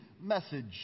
message